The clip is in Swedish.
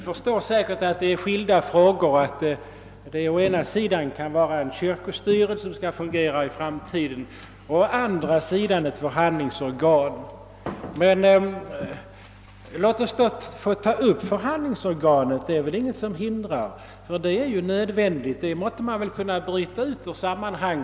Herr talman! Alla inser ju att frågan om hur en kyrkostyrelse skall fungera i framtiden och frågan om inrättandet av ett förhandlingsorgan är två skilda saker. Men det är väl ingenting som hindrar att man bryter ut frågan om ett förhandlingsorgan och snarast försöker få till stånd ett sådant organ.